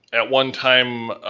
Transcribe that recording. at one time,